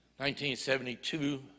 1972